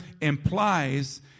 implies